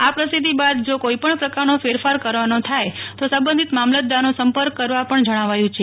આ પ્રસિદ્ધિ બાદ જો કોઈપણ પ્રકારનો ફેરફાર કરવાનો થાય તો સંબંધિત મામલતદારનો સંપર્ક કરવા પણ જણાવાયું છે